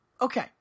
Okay